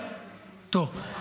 טוב.